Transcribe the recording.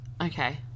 Okay